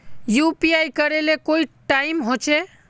UPI करे ले कोई टाइम होचे?